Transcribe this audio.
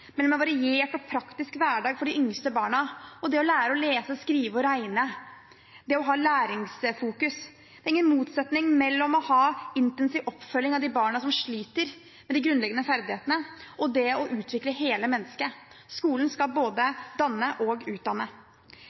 mellom en variert og praktisk hverdag for de yngste barna og det å lære å lese, skrive og regne, det å fokusere på læring. Det er ingen motsetning mellom å ha intensiv oppfølging av de barna som sliter med de grunnleggende ferdighetene, og det å utvikle hele mennesket. Skolen skal både danne og utdanne.